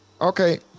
Okay